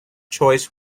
choices